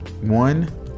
One